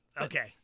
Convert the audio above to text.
okay